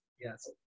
Yes